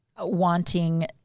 wanting